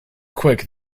quick